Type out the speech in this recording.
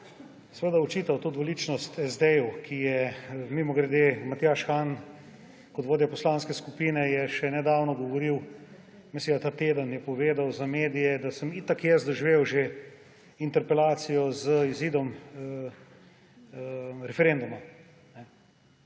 seveda očital to dvoličnost SD, mimogrede, Matjaž Han kot vodja poslanske skupine je še nedavno govoril, mislim, da je ta teden povedal za medije, da sem itak jaz že doživel interpelacijo z izidom referenduma.